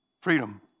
Freedom